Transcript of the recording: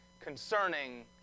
concerning